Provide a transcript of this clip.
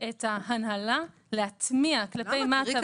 את ההנהלה להטמיע כלפי מטה.